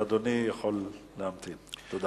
ברשות